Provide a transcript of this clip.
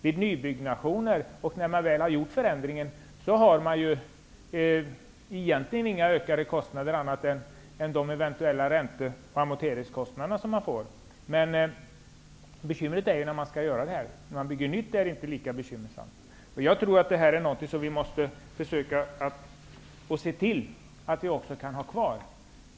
Vid nybyggnationer och när man väl har gjort förändringen har man egentligen inga ökade kostnader annat än eventuella ränte och amorteringskostnader. Bekymret är när man skall genomföra förbättringar. När man bygger nytt är det inte lika bekymmersamt. Jag tror att de regler vi har är någonting som vi måste se till att kunna ha kvar.